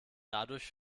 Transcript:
dadurch